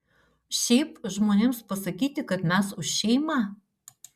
šiaip žmonėms pasakyti kad mes už šeimą